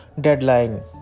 deadline